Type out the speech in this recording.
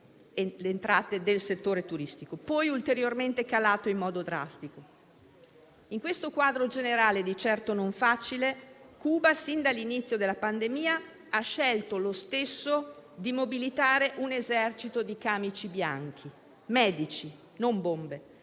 delle entrate del settore turistico, poi ulteriormente calato in modo drastico. In questo quadro generale di certo non facile, Cuba, sin dall'inizio della pandemia, ha scelto lo stesso di mobilitare un esercito di camici bianchi o medici, non bombe,